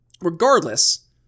regardless